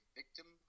victim